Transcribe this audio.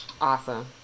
Awesome